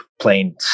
playing